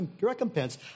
recompense